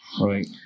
Right